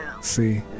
See